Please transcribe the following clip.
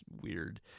weird